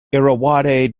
irrawaddy